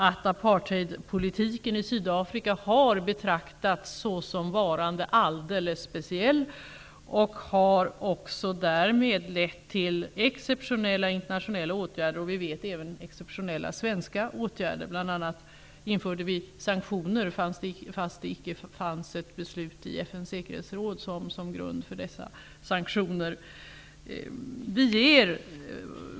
Apartheidpolitiken i Sydafrika har betraktats såsom varande alldeles speciell, och det har lett till exceptionella internationella åtgärder, även exceptionella svenska åtgärder. Vi införde sanktioner trots att det icke fanns något beslut i FN:s säkerhetsråd som grund för detta.